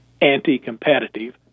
anti-competitive